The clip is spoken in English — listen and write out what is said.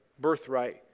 birthright